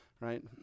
right